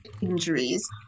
injuries